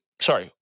sorry